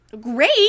Great